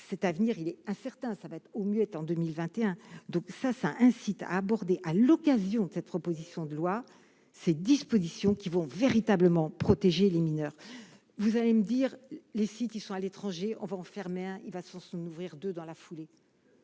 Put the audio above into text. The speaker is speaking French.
cet avenir, il y a certains, ça va être au mieux en 2021, donc ça ça incite à aborder à l'occasion de cette proposition de loi ces dispositions qui vont véritablement protéger les mineurs, vous allez me dire, les sites qui sont à l'étranger, on va enfermer, il va sans se nourrir de dans la foulée.